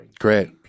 Great